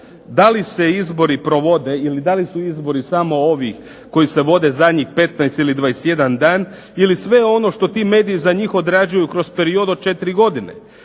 da li se izbori provode ili da li su izbori samo ovih koji se vode zadnjih 15 ili 21 dan ili sve ono što ti mediji za njih odrađuju kroz period od 4 godine.